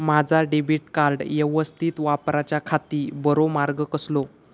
माजा debit card यवस्तीत वापराच्याखाती बरो मार्ग कसलो?